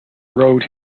rowed